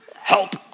Help